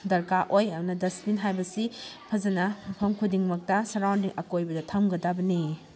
ꯗꯔꯀꯥꯔ ꯑꯣꯏ ꯑꯗꯨꯅ ꯗꯁꯕꯤꯟ ꯍꯥꯏꯕꯁꯤ ꯐꯖꯅ ꯃꯐꯝ ꯈꯨꯗꯤꯡꯃꯛꯇ ꯁꯔꯥꯎꯟꯗꯤꯡ ꯑꯀꯣꯏꯕꯗ ꯊꯝꯒꯗꯕꯅꯤ